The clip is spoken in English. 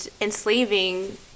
enslaving